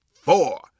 four